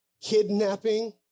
kidnapping